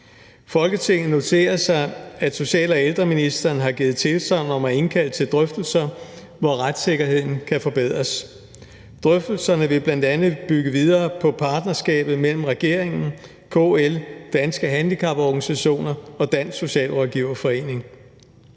Folketinget noterer sig, at social- og ældreministeren har givet tilsagn om at indkalde til drøftelser om, hvordan retssikkerheden kan forbedres. Drøftelserne vil bl.a. bygge videre på partnerskabet mellem regeringen, KL, Danske Handicaporganisationer og Dansk Socialrådgiverforening.